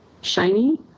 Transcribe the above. Shiny